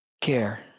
care